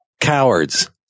cowards